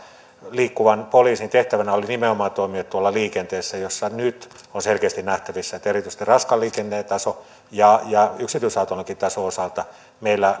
liikkuvan poliisin tehtävänä oli nimenomaan toimia tuolla liikenteessä jossa nyt on selkeästi nähtävissä että erityisesti raskaan liikenteen tason ja ja yksityisautoilunkin tason osalta meillä